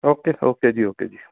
okay okay ਜੀ okay ਜੀ